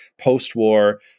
post-war